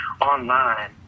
online